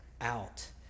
out